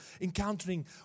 encountering